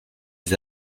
des